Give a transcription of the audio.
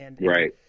Right